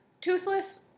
Toothless